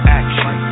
action